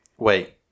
Wait